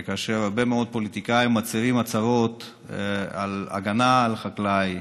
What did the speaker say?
כאשר הרבה מאוד פוליטיקאים מצהירים הצהרות על הגנה על החקלאי